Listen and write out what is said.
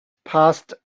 passed